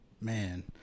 Man